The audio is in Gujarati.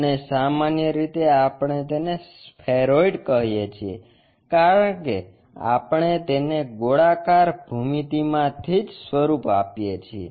અને સામાન્ય રીતે આપણે તેને સ્ફેરોઇડ કહીએ છીએ કારણ કે આપણે તેને ગોળાકાર ભૂમિતિમા થી જ સ્વરૂપ આપીએ છીએ